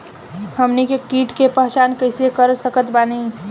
हमनी के कीट के पहचान कइसे कर सकत बानी?